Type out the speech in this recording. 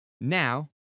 Now